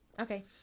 Okay